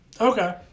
Okay